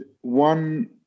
one